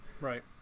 Right